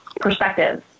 perspectives